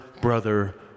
Brother